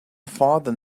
father